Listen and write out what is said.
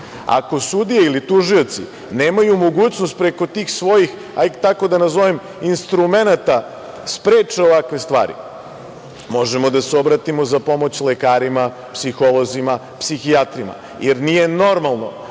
sudije ili tužioci nemaju mogućnost preko tih svojih, da tako nazovem, instrumenata, da spreče ovakve stvari, možemo da se obratimo za pomoć lekarima, psiholozima, psihijatrima, jer nije normalno